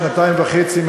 שנתיים וחצי,